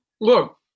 Look